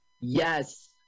Yes